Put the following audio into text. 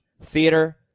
theater